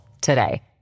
today